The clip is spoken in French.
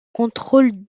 contrôle